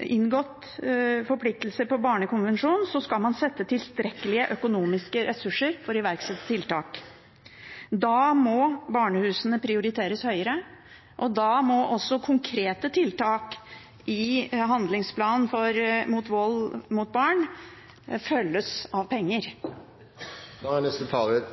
inngått forpliktelser om Barnekonvensjonen, skal man sette av tilstrekkelig med økonomiske ressurser for å iverksette tiltak. Da må barnehusene prioriteres høyere, og da må også konkrete tiltak i handlingsplanen mot vold mot barn følges av penger. Jeg